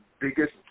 biggest